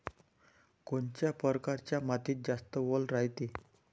कोनच्या परकारच्या मातीत जास्त वल रायते?